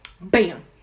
BAM